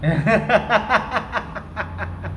ha ha ha ha ha ha ha ha ha ha ha ha